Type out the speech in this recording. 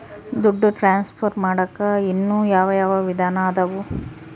ದುಡ್ಡು ಟ್ರಾನ್ಸ್ಫರ್ ಮಾಡಾಕ ಇನ್ನೂ ಯಾವ ಯಾವ ವಿಧಾನ ಅದವು?